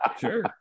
Sure